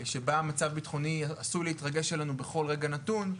שבה המצב הביטחוני עשוי להתרגש עלינו בכל רגע נתון,